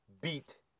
beat